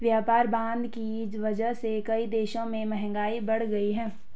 व्यापार बाधा की वजह से कई देशों में महंगाई बढ़ गयी है